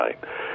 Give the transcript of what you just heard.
tonight